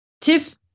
Tiff